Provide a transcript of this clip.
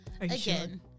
again